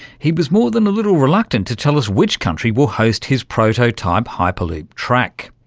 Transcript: he was more than a little reluctant to tell us which country will host his prototype hyperloop track.